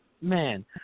man